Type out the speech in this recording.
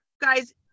guys